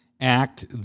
act